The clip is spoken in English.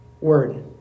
word